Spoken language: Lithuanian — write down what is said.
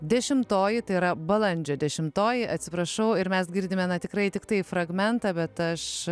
dešimtoji tai yra balandžio dešimtoji atsiprašau ir mes girdime na tikrai tiktai fragmentą bet aš